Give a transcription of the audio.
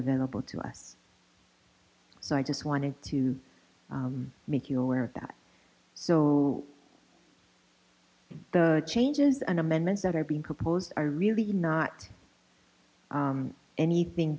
available to us so i just wanted to make you aware of that so the changes and amendments that are being proposed are really not anything